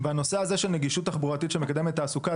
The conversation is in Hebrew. בנושא הזה של נגישות תחבורתית שמקדמת תעסוקה,